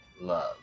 love